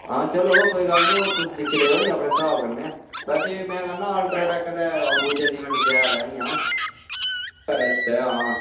आं चलो कोई गल्ल निं ओह् तुस दिक्खी लैयो अपने स्हाब कन्नै ते ह् में आवा ना ते इंया अल्ट्राटेक ते अंबुजा शैल ऐ इंया थुआढ़े आस्तै आं